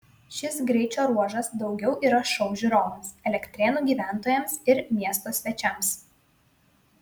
šis greičio ruožas daugiau yra šou žiūrovams elektrėnų gyventojams ir miesto svečiams